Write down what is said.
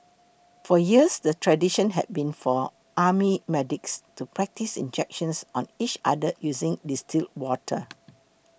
for years the tradition had been for army medics to practise injections on each other using distilled water